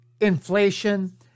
inflation